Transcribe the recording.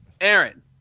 Aaron